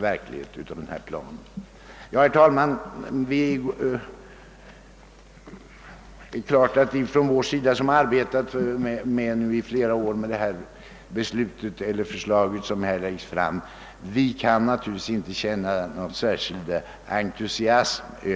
verklighet av denna plan. Herr talman! Vi som har arbetat i flera år med det förslag som nu läggs fram kan naturligtvis inte känna någon särskild entusiasm.